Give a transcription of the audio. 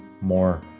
more